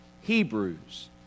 Hebrews